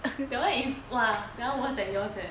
that [one] if !wah! that [one] worse than yours leh